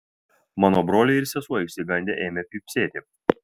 mano broliai ir sesuo išsigandę ėmė pypsėti